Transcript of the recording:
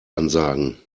ansagen